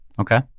Okay